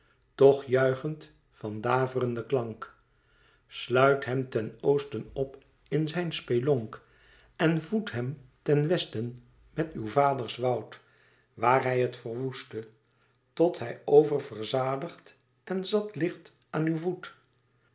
toch juichend van daverenden klank sluit hem ten oosten op in zijn spelonk en voed hem ten westen met uw vaders woud waar hij het verwoestte tot hij oververzadigd en zat ligt aan uw voet